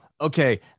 okay